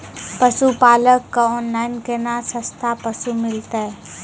पशुपालक कऽ ऑनलाइन केना सस्ता पसु मिलतै?